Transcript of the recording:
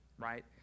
right